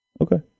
okay